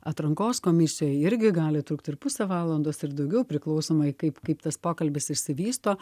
atrankos komisijoj irgi gali trukti ir pusę valandos ir daugiau priklausomai kaip kaip tas pokalbis išsivysto